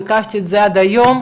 ביקשתי את זה עד היום,